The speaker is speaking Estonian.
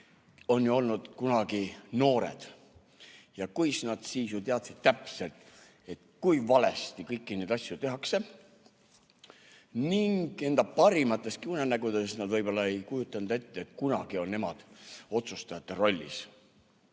on ju olnud kunagi noored. Kuis nad siis teadsid täpselt, kui valesti kõiki neid asju tehakse, ning enda parimates unenägudeski nad võib-olla ei kujutanud ette, et kunagi on nemad otsustajate rollis.